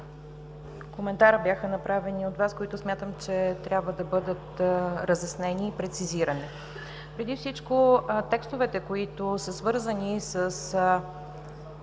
коментара бяха направени от Вас, които смятам, че трябва да бъдат разяснени и прецизирани. Преди всичко текстовете, които са свързани с